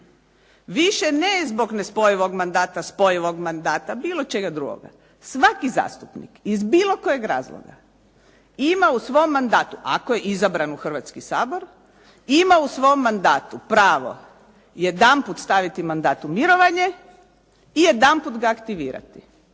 više ne zbog nespojivog mandata, spojivog mandata, bilo čega drugoga. Svaki zastupnik iz bilo kojeg razloga ima u svom mandatu, ako je izabran u Hrvatski sabor, ima u svom mandatu pravo jedanput staviti mandat u mirovanje i jedanput ga aktivirati.